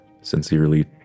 Sincerely